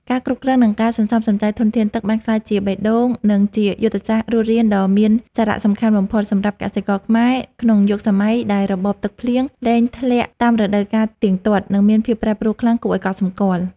ការគ្រប់គ្រង និងការសន្សំសំចៃធនធានទឹកបានក្លាយជាបេះដូង និងជាយុទ្ធសាស្ត្ររស់រានដ៏មានសារៈសំខាន់បំផុតសម្រាប់កសិករខ្មែរ ក្នុងយុគសម័យដែលរបបទឹកភ្លៀងលែងធ្លាក់តាមរដូវកាលទៀងទាត់ និងមានភាពប្រែប្រួលខ្លាំងគួរឱ្យកត់សម្គាល់។